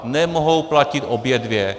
Nemohou platit obě dvě.